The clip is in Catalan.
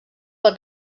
pel